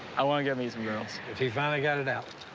i wanna go meet some girls. he finally got it out.